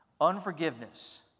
Unforgiveness